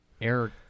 air